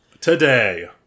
Today